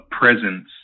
presence